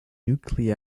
nuclei